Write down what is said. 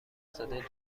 زاده